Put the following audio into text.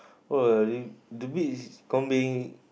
what you the beachcombing